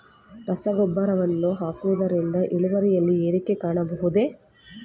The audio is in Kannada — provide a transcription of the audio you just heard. ರಸಗೊಬ್ಬರವನ್ನು ಹಾಕುವುದರಿಂದ ಇಳುವರಿಯಲ್ಲಿ ಏರಿಕೆ ಕಾಣಬಹುದೇ?